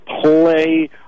play